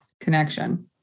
connection